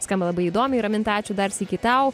skamba labai įdomiai raminta ačiū dar sykį tau